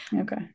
Okay